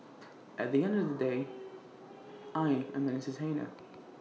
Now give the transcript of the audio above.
at the end of the day I am an entertainer